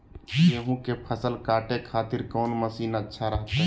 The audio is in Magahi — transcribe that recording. गेहूं के फसल काटे खातिर कौन मसीन अच्छा रहतय?